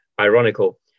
ironical